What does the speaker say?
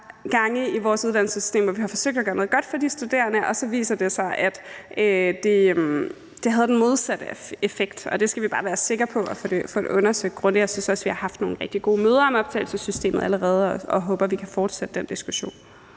steder i vores uddannelsessystem, hvor vi har forsøgt at gøre noget godt for de studerende, og så har det vist sig, at det havde den modsatte effekt. Så vi skal bare være sikre på at få det undersøgt grundigt. Og jeg synes også, vi allerede har haft nogle rigtig gode møder om optagelsessystemet, og jeg håber, at vi kan fortsætte den diskussion.